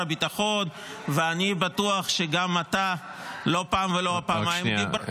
הביטחון ואני בטוח שגם אתה לא פעם ולא פעמיים --- רק שנייה.